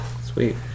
Sweet